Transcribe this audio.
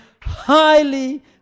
highly